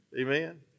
Amen